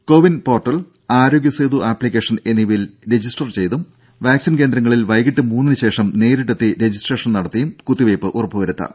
CoWIN portal Aarogya Setu application എന്നിവയിൽ register ചെയ്തും vaccine കേന്ദ്രങ്ങളിൽ വൈകീട്ട് മൂന്നിന് ശേഷം നേരിട്ടെത്തി രജിസ്ട്രേഷൻ നടത്തിയും കുത്തിവെയ്പ് ഉറപ്പു വരുത്താം